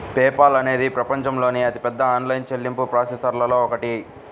pay Paul అనేది ప్రపంచంలోని అతిపెద్ద ఆన్లైన్ చెల్లింపు ప్రాసెసర్లలో ఒకటి